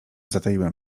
zataiłem